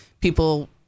people